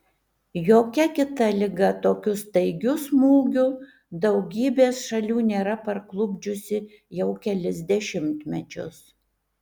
jokia kita liga tokiu staigiu smūgiu daugybės šalių nėra parklupdžiusi jau kelis dešimtmečius